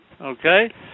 Okay